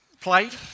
played